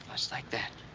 just like that.